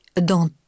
dans